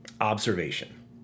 observation